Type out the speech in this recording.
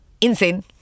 insane